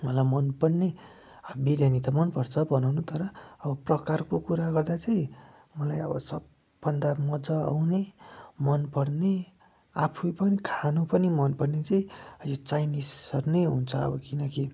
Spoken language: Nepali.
मलाई मन पर्ने बिर्यानी त मन पर्छ बनाउनु तर अब प्रकारको कुरा गर्दा चाहिँ मलाई अब सबभन्दा मजा आउने मन पर्ने आफै पनि खानु पनि मन पर्ने चाहिँ यो चाइनिसहरू नै हुन्छ अब किनकि